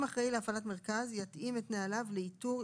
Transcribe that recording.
אחראי להפעלת מרכז יתאים את נהליו לאיתור,